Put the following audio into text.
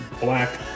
black